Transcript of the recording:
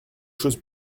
choses